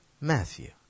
Matthew